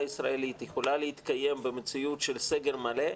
הישראלית יכולה להתקיים במציאות של סגר מלא,